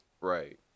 Right